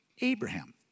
Abraham